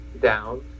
down